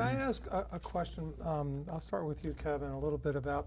i ask a question i'll start with you kevin a little bit about